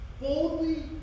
Boldly